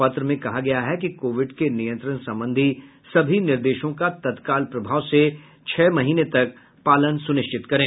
पत्र में कहा है कि कोविड के नियंत्रण संबंधी सभी निर्देशों का तत्काल प्रभाव से छह महीने तक पालन सुनिश्चित करें